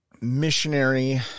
missionary